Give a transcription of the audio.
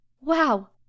Wow